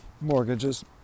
mortgages